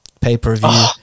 pay-per-view